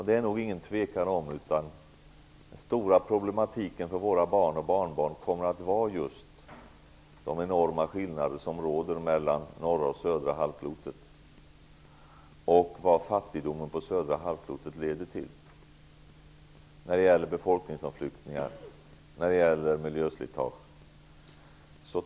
Det stora problemet för våra barn och barnbarn kommer utan tvekan att vara just de enorma skillnader som råder mellan norra och södra halvklotet och vad fattigdomen på södra halvklotet kommer att leda till. Det gäller befolkningsomflyttningar och miljöslitage.